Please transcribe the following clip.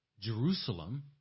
Jerusalem